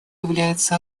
является